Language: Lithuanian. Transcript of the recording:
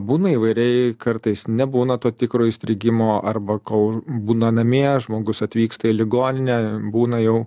būna įvairiai kartais nebūna to tikro įstrigimo arba kol būna namie žmogus atvyksta į ligoninę būna jau